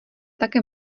také